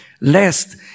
lest